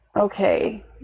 okay